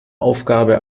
aufgabe